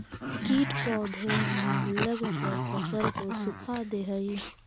कीट पौधे में लगकर फसल को सुखा दे हई